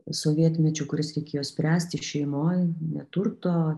sovietmečiu kurias reikėjo spręsti šeimoj neturto